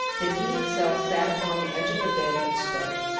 then he himself sat upon the edge of the bed and spoke.